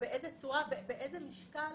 באיזו צורה ובאיזה משקל